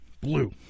blue